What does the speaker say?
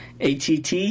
ATT